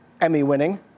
Emmy-winning